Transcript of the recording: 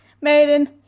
maiden